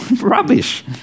Rubbish